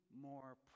more